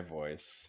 voice